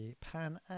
Pan